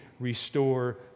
restore